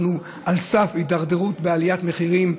אנחנו על סף התדרדרות בעליית מחירים.